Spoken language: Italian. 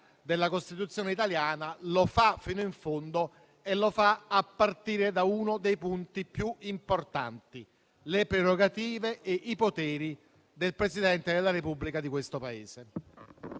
della Costituzione italiana. Lo fa invece fino in fondo e lo fa a partire da uno dei punti più importanti: le prerogative e i poteri del Presidente della Repubblica di questo Paese.